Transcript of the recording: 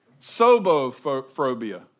sobophobia